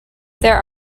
there